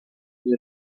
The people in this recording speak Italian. del